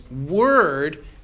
word